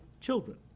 children